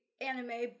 anime